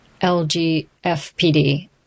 LGFPD